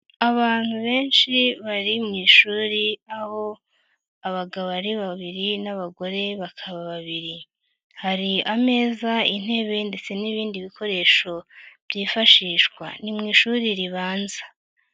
Abantu benshi bari mu ishuri aho abagabo ari babiri n'abagore bakaba babiri. Hari ameza, intebe ndetse n'ibindi bikoresho byifashishwa. Ni mu ishuri ribanza.